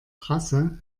trasse